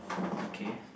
okay